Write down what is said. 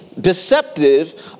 deceptive